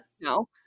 No